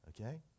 Okay